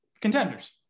Contenders